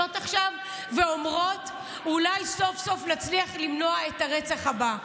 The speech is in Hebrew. מסתכלות עכשיו ואומרות: אולי סוף-סוף נצליח למנוע את הרצח הבא.